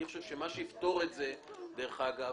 אני חושב שמה שיפתור את זה דרך אגב,